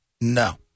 No